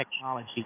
technology